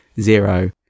Zero